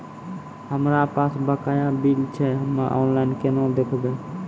हमरा पास बकाया बिल छै हम्मे ऑनलाइन केना देखबै?